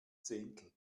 zehntel